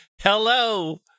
Hello